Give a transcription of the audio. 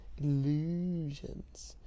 Illusions